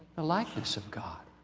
the likeness of god.